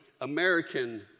American